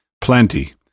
Plenty